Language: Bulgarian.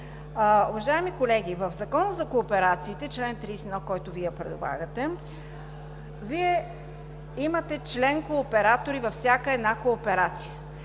Уважаеми колеги, в Закона за кооперациите – чл. 31, който предлагате, Вие имате член-кооператори във всяка една кооперация.